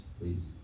please